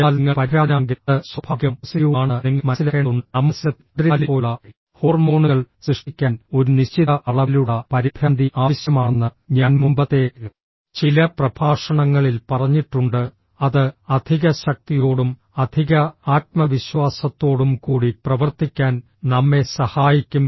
എന്നാൽ നിങ്ങൾ പരിഭ്രാന്തനാണെങ്കിൽ അത് സ്വാഭാവികവും പോസിറ്റീവുമാണെന്ന് നിങ്ങൾ മനസ്സിലാക്കേണ്ടതുണ്ട് നമ്മുടെ സിസ്റ്റത്തിൽ അഡ്രിനാലിൻ പോലുള്ള ഹോർമോണുകൾ സൃഷ്ടിക്കാൻ ഒരു നിശ്ചിത അളവിലുള്ള പരിഭ്രാന്തി ആവശ്യമാണെന്ന് ഞാൻ മുമ്പത്തെ ചില പ്രഭാഷണങ്ങളിൽ പറഞ്ഞിട്ടുണ്ട് അത് അധിക ശക്തിയോടും അധിക ആത്മവിശ്വാസത്തോടും കൂടി പ്രവർത്തിക്കാൻ നമ്മെ സഹായിക്കും